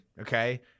okay